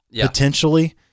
potentially